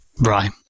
Right